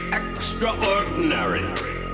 extraordinary